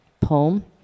poem